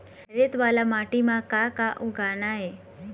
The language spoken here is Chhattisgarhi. रेत वाला माटी म का का उगाना ये?